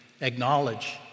acknowledge